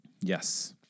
Yes